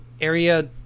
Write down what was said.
Area